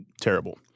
terrible